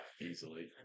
easily